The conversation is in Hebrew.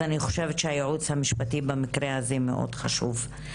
אז אני חושבת שהייעוץ המשפטי במקרה הזה מאוד חשוב.